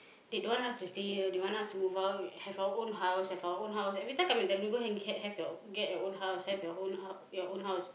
they don't want us to stay here they want us to move out have our own house have our own house every time come and tell you go and g~ have your get your own house have your own h~ your own house